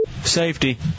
Safety